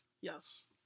Yes